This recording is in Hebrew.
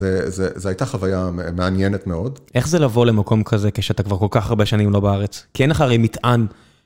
זו הייתה חוויה מעניינת מאוד. -איך זה לבוא למקום כזה, כשאתה כבר כל כך הרבה שנים לא בארץ? כי אין לך הרי מטען.